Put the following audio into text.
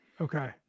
Okay